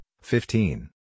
fifteen